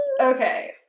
Okay